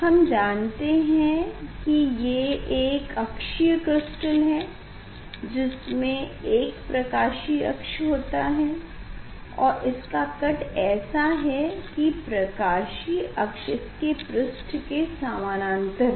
हम जानते है कि ये एक एक अक्षीय क्रिस्टल हैं जिसमें एक प्रकाशीय अक्ष होता है और इसका कट ऐसा हो की प्रकाशीय अक्ष इसके पृष्ठ के समानांतर हो